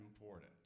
important